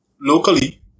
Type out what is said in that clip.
locally